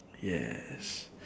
yes